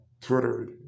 Twitter